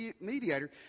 mediator